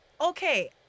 okay